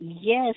Yes